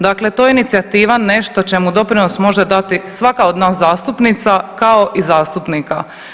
Dakle, to je inicijativa nešto čemu doprinos može dati svaka od nas zastupnica, kao i zastupnika.